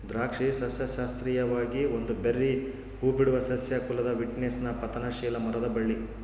ದ್ರಾಕ್ಷಿ ಸಸ್ಯಶಾಸ್ತ್ರೀಯವಾಗಿ ಒಂದು ಬೆರ್ರೀ ಹೂಬಿಡುವ ಸಸ್ಯ ಕುಲದ ವಿಟಿಸ್ನ ಪತನಶೀಲ ಮರದ ಬಳ್ಳಿ